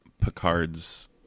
picard's